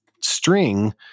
string